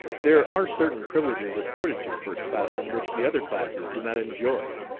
there are certain privileges accorded to first-classmen which the other classes do not enjoy.